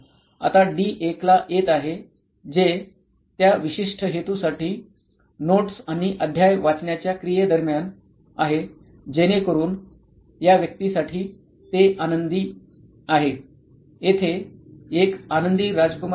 आता डी 1 ला येत आहे जे त्या विशिष्ट हेतूसाठी नोट्स आणि अध्याय वाचण्याच्या क्रिये दरम्यान आहे जेणेकरून या व्यक्तीसाठी ते आनंदी आहे येथे एक आनंदी राजकुमार आहे